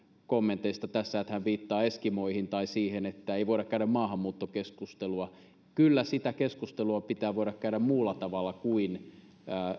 kommenteista tässä että hän viittaa eskimoihin tai siihen että ei voida käydä maahanmuuttokeskustelua kyllä sitä keskustelua pitää voida käydä muulla tavalla kuin